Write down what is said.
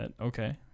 Okay